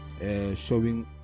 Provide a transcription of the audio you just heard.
showing